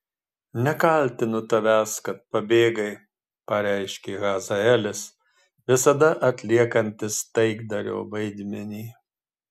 nekaltinu tavęs kad pabėgai pareiškė hazaelis visada atliekantis taikdario vaidmenį